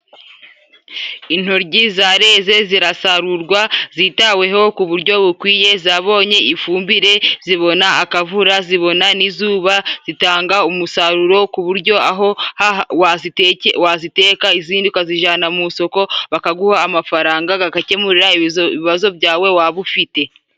Intoryi zareze zirasarurwa zitaweho ku buryo bukwiye zabonye ifumbire, zibona akavura, zibona n'izuba, zitanga umusaruro ku buryo aho wazi waziteka izindi ukazijyanaana mu isoko bakaguha amafaranga, gakemurira ibibazo byawe waba ufite.